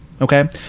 okay